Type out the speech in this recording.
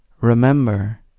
remember